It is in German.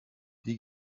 die